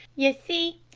ye see,